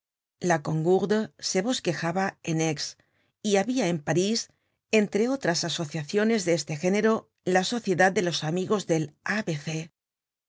la congourde se bosquejaba en aix y habia en parís entre otras asociaciones de este género la sociedad de los amigos del a